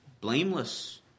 Blameless